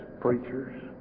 preachers